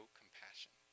compassion